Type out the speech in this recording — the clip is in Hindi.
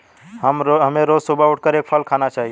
हमें रोज सुबह उठकर एक फल खाना चाहिए